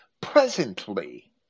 presently